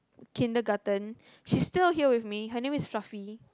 kindergarten she's still here with me her name is Fluffy